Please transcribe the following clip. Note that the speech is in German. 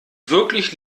wirklich